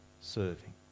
serving